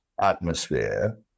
atmosphere